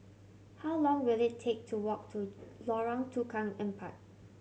how long will it take to walk to Lorong Tukang Empat